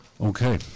Okay